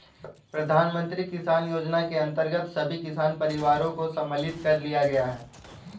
प्रधानमंत्री किसान योजना के अंतर्गत सभी किसान परिवारों को सम्मिलित कर लिया गया है